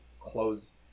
close